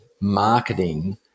marketing